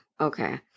Okay